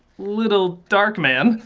little darkman.